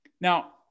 Now